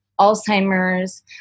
Alzheimer's